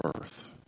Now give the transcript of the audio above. earth